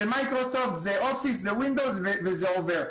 זה מייקרוסופט, זה אופיס, וזה וינדוס, וזה עובר.